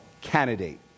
candidate